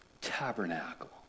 tabernacle